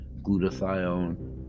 glutathione